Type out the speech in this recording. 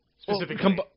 specifically